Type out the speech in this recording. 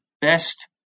best